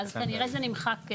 אז כנראה זה נמחק.